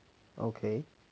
okay